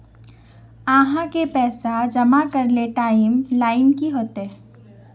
आहाँ के पैसा जमा करे ले टाइम लाइन की होते?